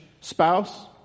spouse